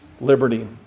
liberty